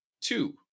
two